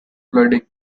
flooding